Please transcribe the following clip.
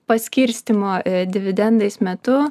paskirstymo dividendais metu